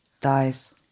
dies